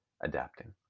adapting